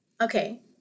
Okay